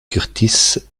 kurtis